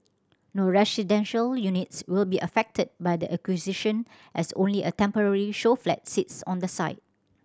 no residential units will be affected by the acquisition as only a temporary show flat sits on the site